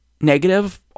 negative